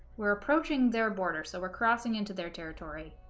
we're approaching their border so we're crossing into their territory